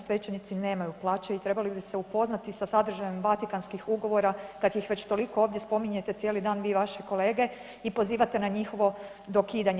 Svećenici nemaju plaće i trebali bi se upoznati sa sadržajem Vatikanskih ugovora kada ih već toliko ovdje spominjete cijeli dan vi i vaši kolege i pozivate na njihovo dokidanje.